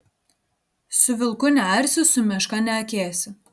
su vilku nearsi su meška neakėsi